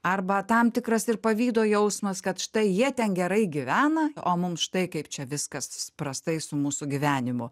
arba tam tikras ir pavydo jausmas kad štai jie ten gerai gyvena o mums štai kaip čia viskas prastai su mūsų gyvenimu